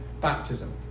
baptism